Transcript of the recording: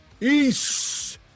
East